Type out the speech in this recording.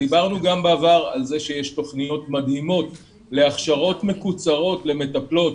גם בעבר דיברנו על כך שיש תוכניות מדהימות להכשרות מקוצרות למטפלות,